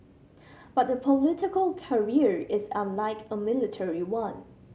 but a political career is unlike a military one